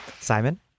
Simon